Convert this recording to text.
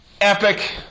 epic